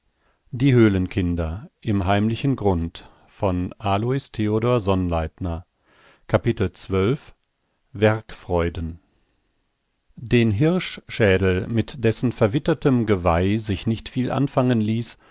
die dämmerung heim werkfreuden den hirschschädel mit dessen verwittertem geweih sich nicht viel anfangen ließ